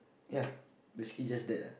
ya basically just that